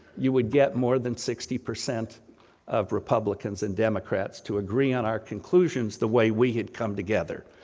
you would get more than sixty percent of republicans and democrats to agree on our conclusions, the way we had come together,